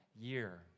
year